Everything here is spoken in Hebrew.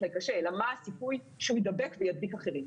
להיות קשה אלא מה הסיכוי שהוא יידבק וידביק אחרים.